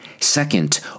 Second